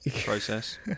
process